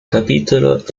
capitolo